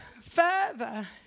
further